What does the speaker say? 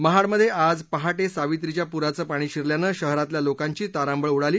महाडमध्ये आज पहाटे सावित्रीच्या पुराचं पाणी शिरल्यानं शहरातील लोकांची तारांबळ उडाली